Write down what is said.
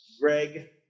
Greg